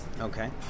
Okay